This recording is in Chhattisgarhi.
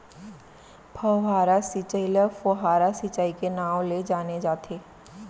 फव्हारा सिंचई ल फोहारा सिंचई के नाँव ले जाने जाथे